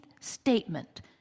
statement